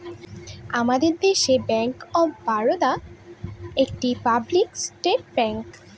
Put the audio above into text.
আমাদের দেশে bank of Baroda একটি পাবলিক সেক্টর ব্যাঙ্ক